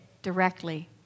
directly